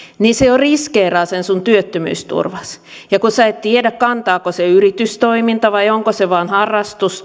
niin se jo riskeeraa sen sinun työttömyysturvasi ja kun sinä et tiedä kantaako se yritystoiminta vai onko se vain harrastus